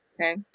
Okay